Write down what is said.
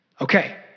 Okay